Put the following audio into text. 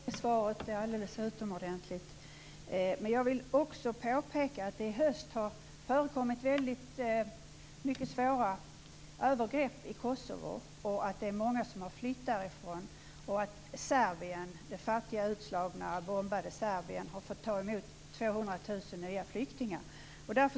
Fru talman! Jag tackar för det svaret; det är alldeles utomordentligt. Men jag vill också påpeka att det i höst har förekommit väldigt mycket svåra övergrepp i Kosovo, att det är många som har flytt därifrån och att Serbien, det fattiga, utslagna och bombade Serbien, har fått ta emot 200 000 nya flyktingar.